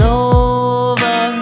over